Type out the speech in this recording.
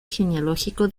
genealógico